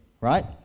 Right